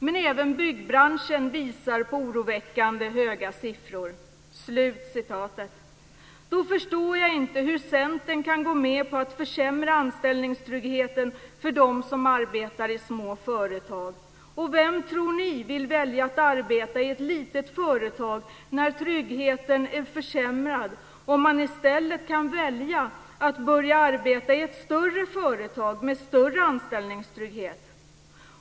Men även byggbranschen visar på oroväckande höga siffror." Då förstår jag inte hur Centern kan gå med på att försämra anställningstryggheten för dem som arbetar i små företag. Vem tror ni vill välja att arbeta i ett litet företag när tryggheten är försämrad och man i stället kan välja att börja arbeta i ett större företag med större anställningstrygghet?